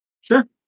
Sure